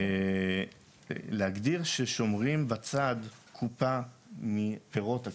להגדיר ששומרים בצד טיפה מפירות הקרן.